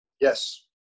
Yes